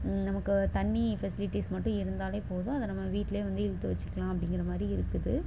நமக்கு தண்ணி ஃபெசிலிட்டீஸ் மட்டும் இருந்தாலே போதும் அதை நம்ம வீட்டிலே வந்து இழுத்து வச்சுக்கலாம் அப்படிங்குற மாதிரி இருக்குது